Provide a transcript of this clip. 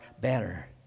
banner